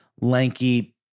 lanky